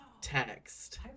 text